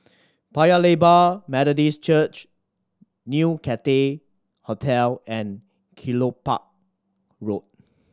Paya Lebar Methodist Church New Cathay Hotel and Kelopak Road